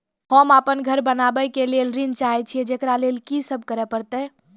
होम अपन घर बनाबै के लेल ऋण चाहे छिये, जेकरा लेल कि सब करें परतै?